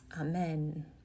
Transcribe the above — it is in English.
Amen